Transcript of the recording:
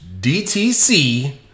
DTC